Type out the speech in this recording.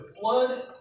blood